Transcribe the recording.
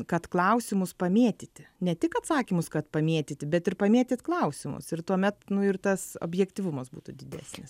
kad klausimus pamėtyti ne tik atsakymus kad pamėtyti bet ir pamėtyt klausimus ir tuomet nu ir tas objektyvumas būtų didesnis